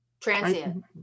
transient